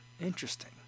interesting